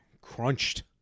Crunched